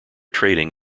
trading